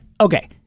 Okay